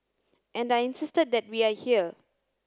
and I insisted that we are here